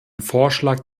vorschlag